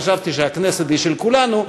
חשבתי שהכנסת היא של כולנו,